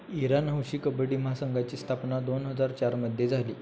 Iran हौशी कबड्डी महासंघाची स्थापना दोन हजार चारमध्ये झाली